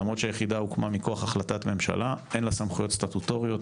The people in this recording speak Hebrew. למרות שהיחידה הוקמה מכוח החלטת ממשלה אין לה סמכויות סטטוטוריות,